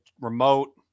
remote